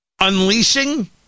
unleashing